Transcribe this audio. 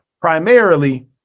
primarily